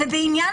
ובעניין